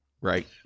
right